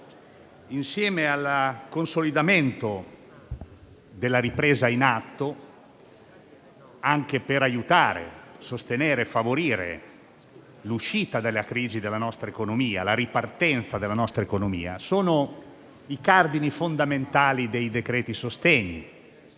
insieme al consolidamento della ripresa in atto, anche per aiutare, sostenere e favorire l'uscita dalla crisi e la ripartenza della nostra economia, sono i cardini fondamentali del decreto sostegni